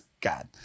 God